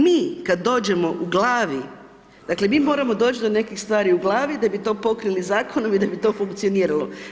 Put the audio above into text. Mi kada dođemo u glavi, dakle, mi moramo doći do nekih stvari u glavi, da bi to pokrili zakonom i da bi to funkcioniralo.